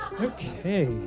Okay